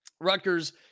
Rutgers